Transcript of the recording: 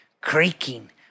creaking